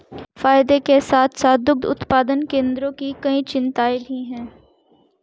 फायदे के साथ साथ दुग्ध उत्पादन केंद्रों की कई चिंताएं भी हैं